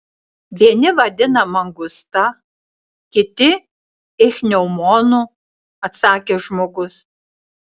vieni vadina mangusta kiti ichneumonu atsakė žmogus